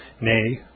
nay